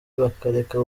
bakareka